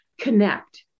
connect